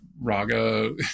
raga